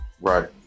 Right